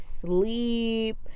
sleep